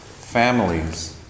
families